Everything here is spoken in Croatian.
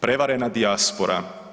Prevarena dijaspora.